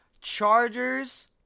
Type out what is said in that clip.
Chargers